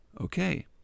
Okay